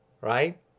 Right